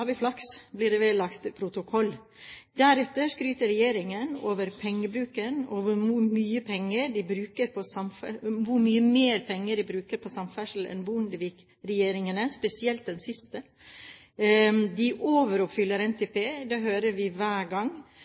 vi flaks – blir det vedlagt protokollen. Deretter skryter regjeringen over pengebruken og hvor mye mer penger de bruker på samferdsel enn Bondevik-regjeringene, spesielt den siste. De overoppfyller NTP – det hører vi hver gang.